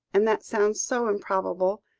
and that sounds so improbable,